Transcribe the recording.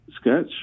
sketch